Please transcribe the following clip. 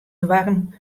doarren